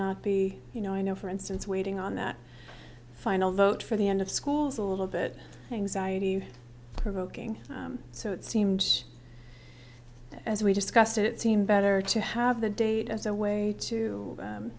not be you know i know for instance waiting on that final vote for the end of schools a little bit anxiety provoking so it seemed as we discussed it seemed better to have the date as a way to